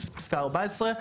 פסקה 14,